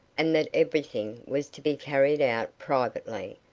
and that everything was to be carried out privately,